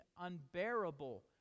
unbearable